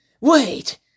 Wait